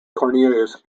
cornelius